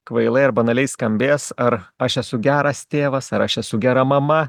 kvailai ar banaliai skambės ar aš esu geras tėvas ar aš esu gera mama